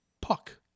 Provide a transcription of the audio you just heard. puck